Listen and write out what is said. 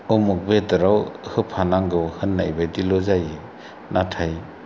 उमुग बेदराव होफानांगौ होननाय बायदिल' जायो नाथाय